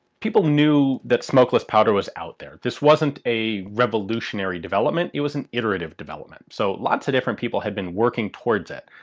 people knew that smokeless powder was out there. this wasn't a revolutionary development, it was an iterative development. so lots of different people had been working towards it,